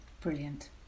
Brilliant